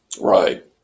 Right